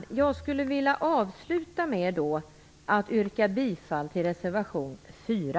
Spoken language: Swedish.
Jag vill avsluta med att yrka bifall till reservation 4.